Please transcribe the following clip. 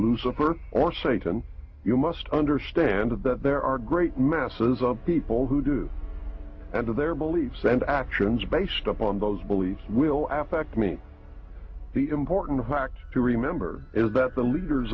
lucifer or satan you must understand that there are great masses of people who do and of their beliefs and actions based upon those beliefs will f acme the important fact to remember is that the leaders